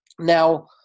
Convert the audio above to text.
Now